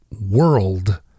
world